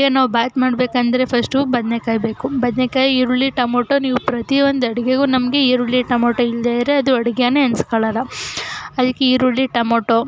ಈಗ ನಾವು ಬಾತು ಮಾಡಬೇಕಂದ್ರೆ ಫಸ್ಟು ಬದನೇಕಾಯಿ ಬೇಕು ಬದನೇಕಾಯಿ ಈರುಳ್ಳಿ ಟೊಮೊಟೊ ನೀವು ಪ್ರತಿಯೊಂದು ಅಡುಗೆಗೂ ನಮಗೆ ಈರುಳ್ಳಿ ಟೊಮೊಟೊ ಇಲ್ಲದೇ ಇದ್ದರೆ ಅದು ಅಡುಗೆನೇ ಅನ್ಸ್ಕೊಳ್ಳೋಲ್ಲ ಅದಕ್ಕೆ ಈರುಳ್ಳಿ ಟೊಮೊಟೊ